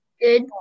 Good